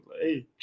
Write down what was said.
Hey